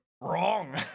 Wrong